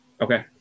Okay